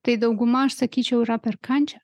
tai dauguma aš sakyčiau yra per kančią